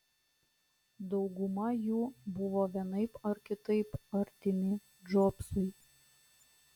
dauguma jų buvo vienaip ar kitaip artimi džobsui